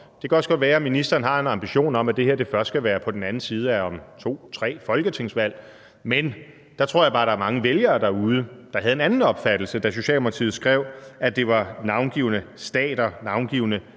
det kan også godt være, at ministeren har en ambition om, at det her først skal være på den anden side af to eller tre folketingsvalg; men der tror jeg bare, at der er mange vælgere derude, der fik en anden opfattelse, da Socialdemokratiet skrev, at det var navngivne stater, navngivne